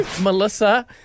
Melissa